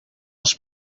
els